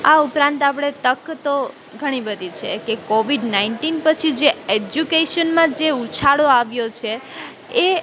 આ ઉપરાંત આપણે તક તો ઘણી બધી છે કે કોવિદ નાઇન્ટીન પછી જે એજ્યુકેશનમાં જે ઉછાળો આવ્યો છે એ